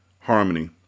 Harmony